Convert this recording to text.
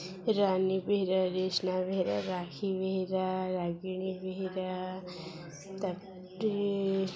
ରାନୀ ବେହେରା ରେଶମା ବେହେରା ରାକ୍ଷୀ ବେହେରା ରାଗିଣୀ ବେହେରା ତାପରେ